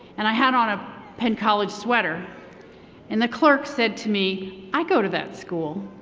and i had on a penn college sweater and the clerk said to me, i go to that school.